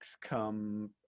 come